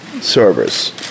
servers